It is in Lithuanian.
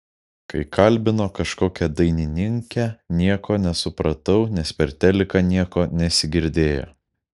kai kalbino kažkokią dainininkę nieko nesupratau nes per teliką nieko nesigirdėjo